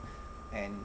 and